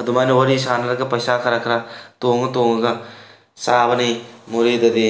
ꯑꯗꯨꯃꯥꯏꯅ ꯋꯥꯔꯤ ꯁꯥꯟꯅꯔꯒ ꯄꯩꯁꯥ ꯈꯔ ꯈꯔ ꯇꯣꯡꯉ ꯇꯣꯡꯉꯒ ꯆꯥꯕꯅꯤ ꯃꯣꯔꯦꯗꯗꯤ